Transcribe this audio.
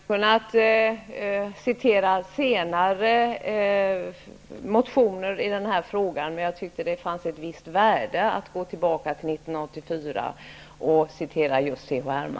Herr talman! Jag hade kunnat citera senare motioner i denna fråga, men jag tyckte att det låg ett visst värde i att gå tillbaka till 1984 och citera